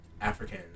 African